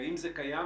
האם זה קיים?